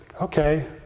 okay